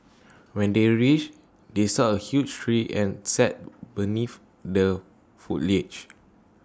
when they reached they saw A huge tree and sat beneath the foliage